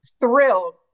thrilled